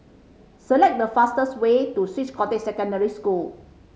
select the fastest way to Swiss Cottage Secondary School